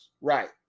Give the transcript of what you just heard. Right